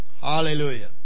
Hallelujah